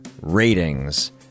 ratings